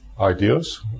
Ideas